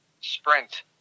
sprint